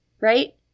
Right